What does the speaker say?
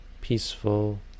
peaceful